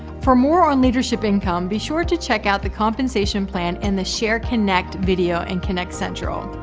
for more on leadership income, be sure to check out the compensation plan in the share kynect video and kynect central.